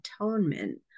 Atonement